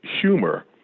humor